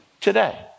today